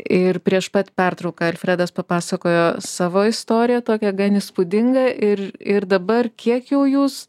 ir prieš pat pertrauką alfredas papasakojo savo istoriją tokią gan įspūdingą ir ir dabar kiek jau jūs